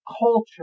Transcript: culture